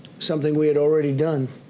something we had already done.